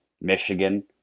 Michigan